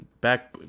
back